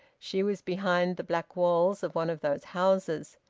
she was behind the black walls of one of those houses.